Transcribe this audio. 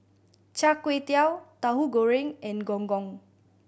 Char Kway Teow Tauhu Goreng and Gong Gong